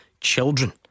children